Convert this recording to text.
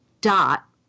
Dot